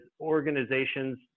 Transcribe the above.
organizations